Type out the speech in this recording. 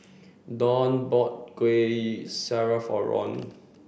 Donn bought Kueh Syara for Ron